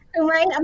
Right